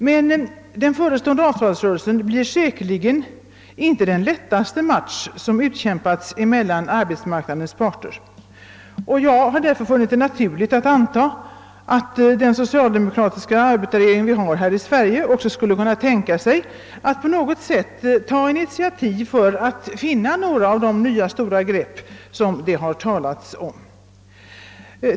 Men den förestående avtalsrörelsen blir säkerligen inte den lättaste match som utkämpats mellan arbetsmarknadens parter. Jag har därför funnit det naturligt att anta att den socialdemokratiska regering vi har i Sverige också skulle kunna tänka sig att på något sätt ta initiativ för att finna några nya stora grepp som det har talats om.